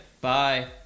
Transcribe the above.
bye